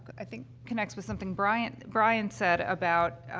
i think, connects with something brian brian said, about,